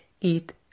eat